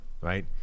right